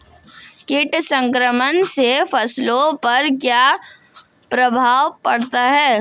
कीट संक्रमण से फसलों पर क्या प्रभाव पड़ता है?